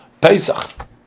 Pesach